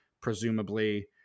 presumably